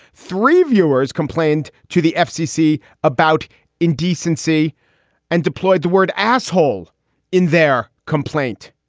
three viewers complained to the fcc about indecency and deployed the word asshole in their complaint,